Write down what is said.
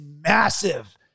massive